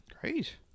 Great